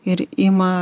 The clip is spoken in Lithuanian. ir ima